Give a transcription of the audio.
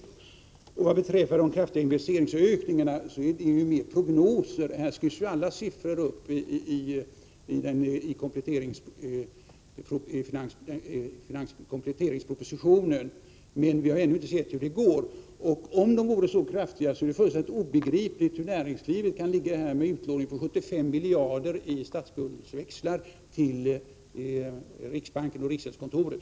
Roland Sundgren talade om kraftiga investeringsökningar. Det är snarare prognoser än fakta. I kompletteringspropositionen skrivs ju alla siffror upp, men vi har ännu inte sett hur det går. Om investeringsökningarna är så kraftiga är det fullständigt obegripligt hur näringslivet kan ligga med en utlåning på 75 miljarder i statsskuldsväxlar till riksbanken och riksgäldskontoret.